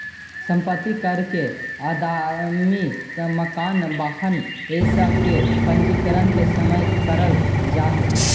सम्पत्ति कर के अदायगी मकान, वाहन इ सब के पंजीकरण के समय करल जाऽ हई